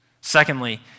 Secondly